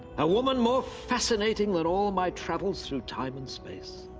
a woman more fascinating than all my travels through time and space.